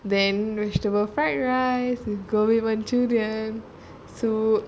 then vegetable fried rice with gobi manchurian manjurian so